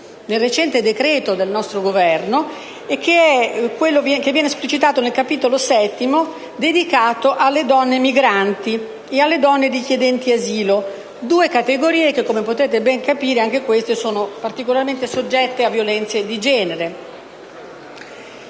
nel recente decreto del nostro Governo. Si tratta del capitolo VII dedicato alle donne migranti e alle donne richiedenti asilo: due categorie che, come potete ben capire, sono particolarmente soggette a violenze di genere.